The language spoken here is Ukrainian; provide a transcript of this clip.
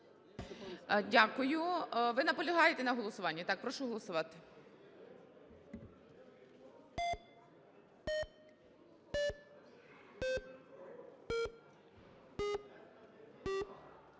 Дякую. Ви наполягаєте на голосуванні? Так, прошу голосувати.